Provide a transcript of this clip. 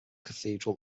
cathedral